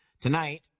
Tonight